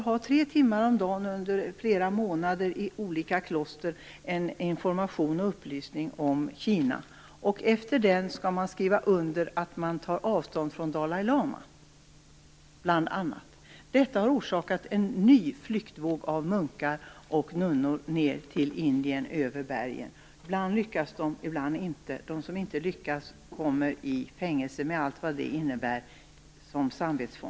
I tre timmar om dagen under flera månader får man en information och upplysning om Kina i olika kloster. Efter den skall man skriva under att man bl.a. tar avstånd från Dalai Lama. Detta har orsakat en ny flyktvåg av munkar och nunnor över bergen ned till Indien. Ibland lyckas de, ibland inte. De som inte lyckas hamnar i fängelse som samvetsfångar med allt vad det innebär.